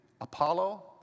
Apollo